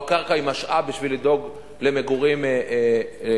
או שהקרקע היא משאב בשביל לדאוג למגורים לציבור.